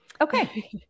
Okay